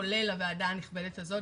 כולל הוועדה הנכבדה הזו,